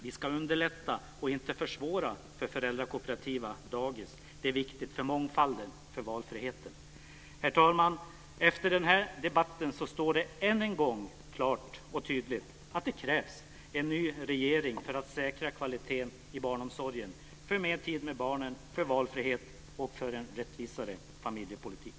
Vi ska underlätta och inte försvåra för föräldrakooperativa dagis. Det är viktigt för mångfalden och för valfriheten. Herr talman! Efter den här debatten står det än en gång klart och tydligt att det krävs en ny regering för att säkra kvaliteten i barnomsorgen, för mer tid för barnen, för valfrihet och för en rättvisare familjepolitik.